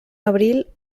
abril